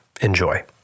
Enjoy